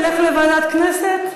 זה ילך לוועדת הכנסת.